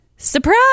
Surprise